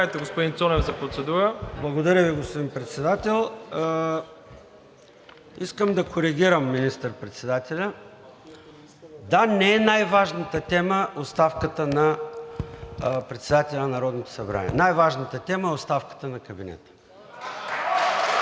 Благодаря Ви, господин Председател. Искам да коригирам министър-председателя. Да, не е най важната тема оставката на председателя на Народното събрание. Най-важната тема е оставката на кабинета.